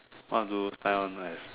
what do you spend on life